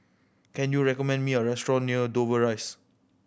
can you recommend me a restaurant near Dover Rise